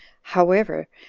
however,